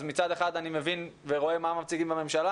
אז מצד אחד אני מבין ורואה מה מציגים בממשלה,